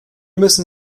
müssen